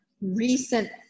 recent